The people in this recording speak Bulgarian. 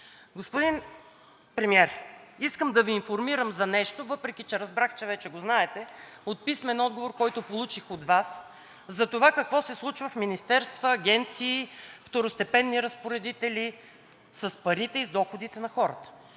Господин Премиер, искам да Ви информирам за нещо, въпреки че разбрах, че вече го знаете от писмен отговор, който получих от Вас, за това какво се случва в министерства, агенции, второстепенни разпоредители с парите и с доходите на хората,